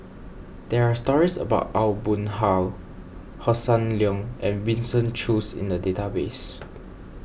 there are stories about Aw Boon Haw Hossan Leong and Winston Choos in the database